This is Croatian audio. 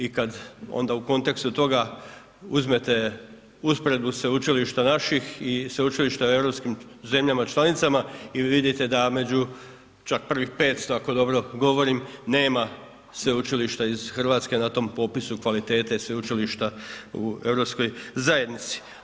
I kad onda u kontekstu toga uzmete usporedbu sveučilišta naših i sveučilišta u europskim zemljama članicama i vi vidite da među čak prvih 500 ako dobro govorim, nema sveučilišta iz RH na tom popisu kvalitete sveučilišta u europskoj zajednici.